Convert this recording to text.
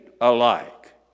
alike